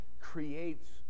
creates